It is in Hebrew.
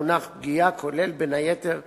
המונח "פגיעה" כולל בין היתר קללה,